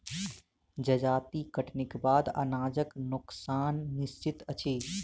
जजाति कटनीक बाद अनाजक नोकसान निश्चित अछि